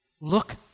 Look